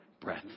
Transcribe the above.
breath